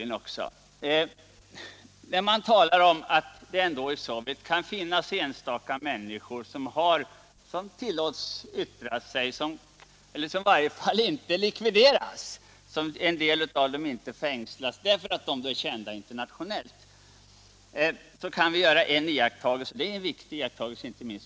När det talas om att det i Sovjetunionen ändå finns enstaka människor som tillåts yttra sig — eller som i varje fall inte likvideras och inte heller fängslas därför att de är kända internationellt — så kan vi göra en viktig iakttagelse. Den är viktig inte minst för en liberal.